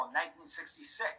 1966